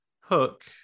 hook